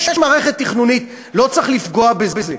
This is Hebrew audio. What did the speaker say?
יש מערכת תכנונית, ולא צריך לפגוע בזה.